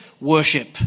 Worship